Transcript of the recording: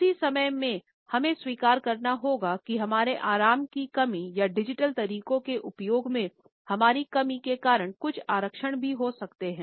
उस ही समय में हमें स्वीकार करना होगा कि हमारे आराम की कमी या डिजिटल तरीकों के उपयोग में हमारी कमी के कारण कुछ आरक्षण भी हो सकते हैं